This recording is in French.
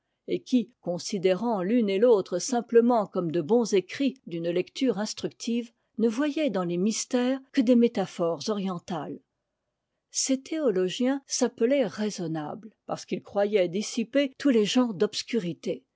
et qui considérant l'une et l'autre simplement comme de bons écrits d'une lecture instructive ne voyaient dans les mystères que des métaphores orientales ces théologiens s'appelaient raisonnables parce qu'ils croyaient dissiper tous les genres d'obscurité